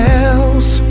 else